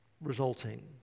resulting